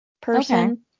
person